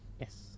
Yes